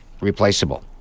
replaceable